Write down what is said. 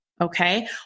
Okay